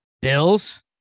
Bills